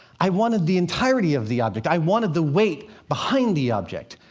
i wanted the entirety of the object, i wanted the weight behind the object.